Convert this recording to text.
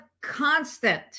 constant